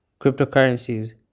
Cryptocurrencies